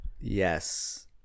Yes